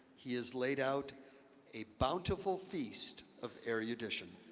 he has laid out a bountiful feast of erudition,